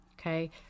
Okay